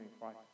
Christ